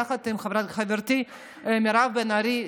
יחד עם חברתי מירב בן ארי,